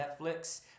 Netflix